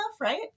right